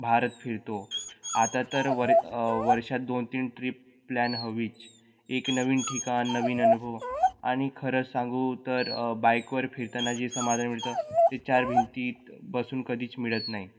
भारत फिरतो आता तर वर वर्षात दोन तीन ट्रीप प्लॅन हवीच एक नवीन ठिकाण नवीन अनुभव आणि खरं सांगू तर बाईकवर फिरताना जे समाधान मिळतं ते चार भिंतीत बसून कधीच मिळत नाही